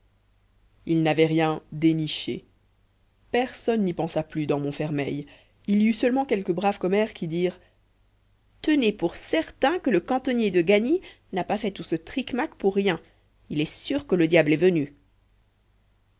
il n'avait rien déniché personne n'y pensa plus dans montfermeil il y eut seulement quelques braves commères qui dirent tenez pour certain que le cantonnier de gagny n'a pas fait tout ce triquemaque pour rien il est sûr que le diable est venu